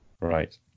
Right